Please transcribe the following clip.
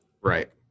right